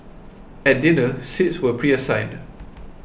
at dinner seats were preassigned